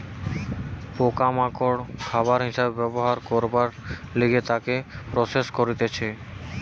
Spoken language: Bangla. পোকা মাকড় খাবার হিসাবে ব্যবহার করবার লিগে তাকে প্রসেস করতিছে